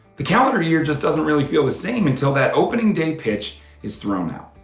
the calendar year just doesn't really feel the same until that opening day pitch is thrown out.